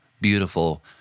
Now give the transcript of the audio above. beautiful